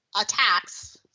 attacks